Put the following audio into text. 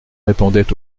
répondait